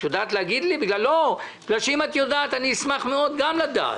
לא, בגלל שאם את יודעת, אני אשמח מאוד גם לדעת.